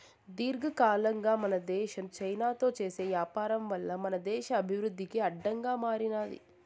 దీర్ఘకాలంగా మన దేశం చైనాతో చేసే వ్యాపారం వల్ల మన దేశ అభివృద్ధికి అడ్డంగా మారినాది